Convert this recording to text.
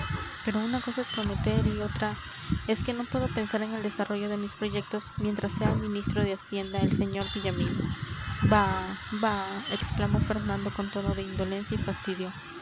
pero una cosa es prometer y otra es que no puedo pensar en el desarrollo de mis proyectos mientras sea ministro de hacienda el sr villamil bah bah exclamó fernando con tono de indolencia y fastidio